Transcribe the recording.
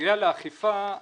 בנוגע לאכיפה,